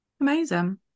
amazing